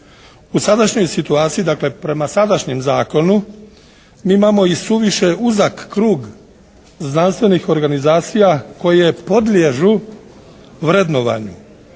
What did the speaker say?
U sadašnjoj situaciji, dakle prema sadašnjem Zakonu mi imamo isuviše uzak krug znanstvenih organizacija koje podliježu vrednovanju.